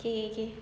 okay okay